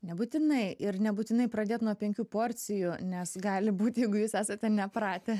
nebūtinai ir nebūtinai pradėt nuo penkių porcijų nes gali būt jeigu jūs esate nepratę